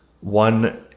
one